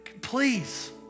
please